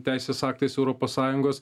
teisės aktais europos sąjungos